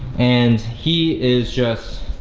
and he is just